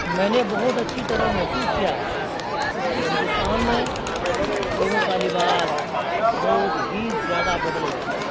میں نے بہت اچھی طرح محسوس کیا ہے کہ ہندوستان میں لوگوں کا لباس بہت ہی زیادہ بدل گیا ہے